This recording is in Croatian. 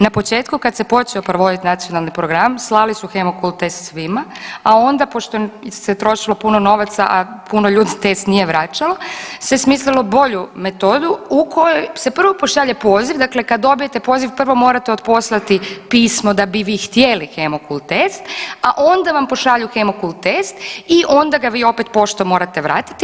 Na početku kad se počeo provoditi nacionalni program slali su hemokult test svima, a onda pošto se trošilo puno novaca, a puno ljudi test nije vraćalo, se smislilo bolju metodu u kojoj se prvo pošalje poziv, dakle kad dobijete poziv prvo morate otposlati pismo da bi vi htjeli hemokult test, a ona vam pošalju hemokult test i onda ga vi opet poštom morate vratiti.